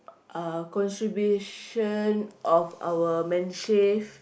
uh contribution of our Medisave